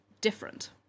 different